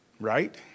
right